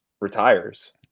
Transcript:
retires